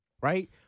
Right